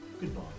goodbye